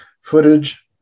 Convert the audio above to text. footage